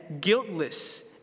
guiltless